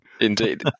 Indeed